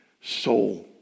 soul